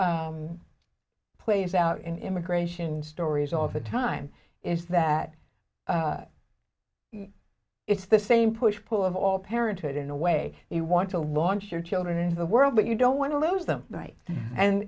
that plays out in immigration stories all the time is that it's the same push pull of all parenthood in the way you want to launch your children into the world but you don't want to lose them right and